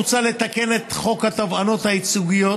מוצע לתקן את חוק התובענות הייצוגיות